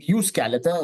jūs keliate